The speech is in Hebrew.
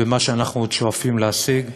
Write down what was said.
במה שאנחנו עוד שואפים להשיג.